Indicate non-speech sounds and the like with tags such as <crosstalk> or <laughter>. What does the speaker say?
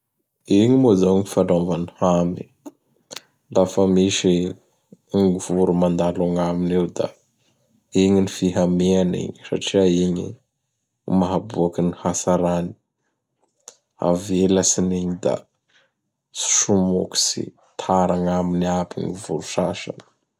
Igny moa izao gny fanaovany hamy. <noise> Lafa misy gny voro mandalo agnaminy eo da igny gny fiahamiany igny satria igny mahaboaky gny hatsarany. Avelatsiny igny da somokotsy tara agnaminy aby ny voro sasany. <noise>